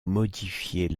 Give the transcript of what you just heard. modifier